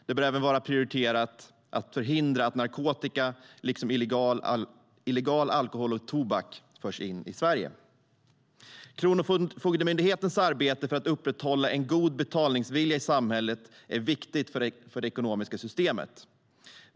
Det bör även vara prioriterat att förhindra att narkotika liksom illegal alkohol och tobak förs in i Sverige.Kronofogdemyndighetens arbete för att upprätthålla en god betalningsvilja i samhället är viktigt för det ekonomiska systemet.